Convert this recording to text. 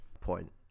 point